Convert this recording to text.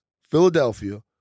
Philadelphia